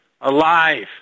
alive